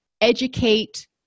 educate